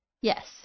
Yes